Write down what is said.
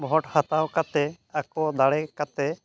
ᱵᱷᱳᱴ ᱦᱟᱛᱟᱣ ᱠᱟᱛᱮ ᱟᱠᱚ ᱫᱟᱲᱮ ᱠᱟᱛᱮ